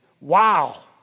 Wow